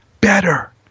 better